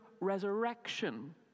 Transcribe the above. resurrection